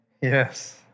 yes